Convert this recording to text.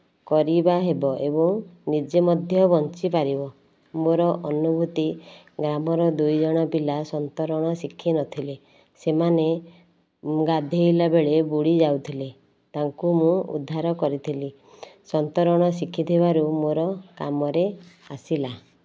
କରିବା ହେବ ଏବଂ ନିଜେ ମଧ୍ୟ ବଞ୍ଚିପାରିବ ମୋ ଅନୁଭୂତି ଗ୍ରାମର ଦୁଇଜଣ ପିଲା ସନ୍ତରଣ ଶିଖି ନଥିଲେ ସେମାନେ ଗାଧେଇଲା ବେଳେ ବୁଡ଼ି ଯାଉଥିଲେ ତାଙ୍କୁ ମୁଁ ଉଦ୍ଧାର କରିଥିଲି ସନ୍ତରଣ ଶିଖିଥିବାରୁ ମୋର କାମରେ ଆସିଲା